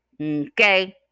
Okay